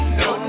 no